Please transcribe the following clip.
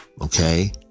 Okay